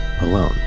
alone